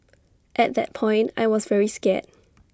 at that point I was very scared